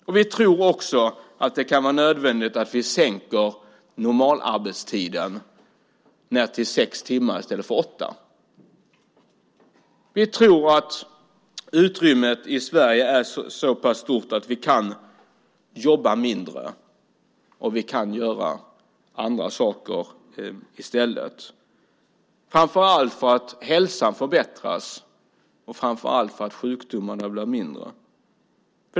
Vidare tror vi att det kan vara nödvändigt att sänka normalarbetstiden till sex timmar i stället för att ha åtta timmar. Vi tror att utrymmet i Sverige är så pass stort att vi kan jobba mindre och i stället göra andra saker - framför allt för att hälsan förbättras och för att sjukdomarna minskar.